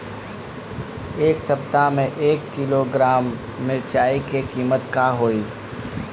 एह सप्ताह मे एक किलोग्राम मिरचाई के किमत का होई?